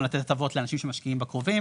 לתת הטבות לאנשים שמשקיעים בקרובים,